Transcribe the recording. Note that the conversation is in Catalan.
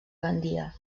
gandia